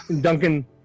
Duncan